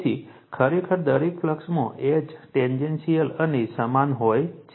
તેથી ખરેખર દરેક ફ્લક્સમાં H ટેંજન્શિયલ અને સમાન હોય છે